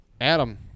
Adam